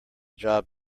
job